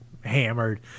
hammered